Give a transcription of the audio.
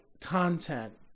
content